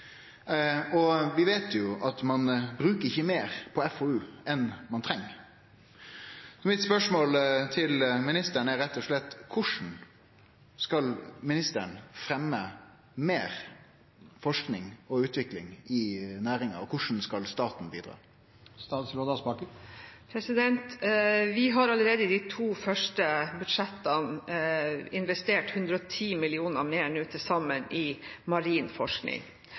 tech-næring. Vi veit jo at ein bruker ikkje meir på FoU enn ein treng. Spørsmålet mitt til ministeren er rett og slett: Korleis skal ministeren fremje meir forsking og utvikling i næringa, og korleis skal staten bidra? Vi har allerede i de to første budsjettene investert 110 mill. kr mer til sammen i marin